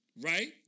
Right